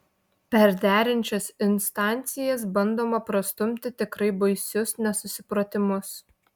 per derinančias instancijas bandoma prastumti tikrai baisius nesusipratimus